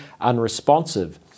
unresponsive